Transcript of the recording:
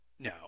No